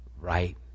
right